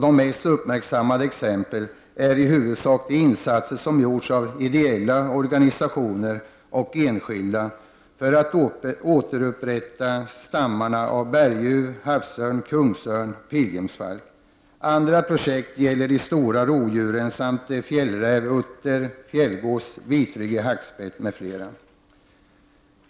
De mest uppmärksammade exemplen är i huvudsak de insatser som gjorts av ideella organisationer och enskilda för att återupprätta stammarna av berguv, havsörn, kungsörn och pilgrimsfalk. Andra projekt gäller de stora rovdjuren samt fjällräv, utter, fjällgås, vitryggig hackspett m.fl.